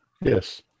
yes